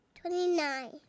Twenty-nine